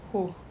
who